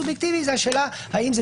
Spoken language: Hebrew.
והקריטריון הסובייקטיבי זה השאלה האם זה